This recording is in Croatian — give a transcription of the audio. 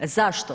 Zašto?